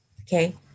Okay